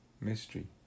mystery